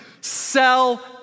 Sell